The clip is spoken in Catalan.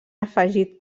afegit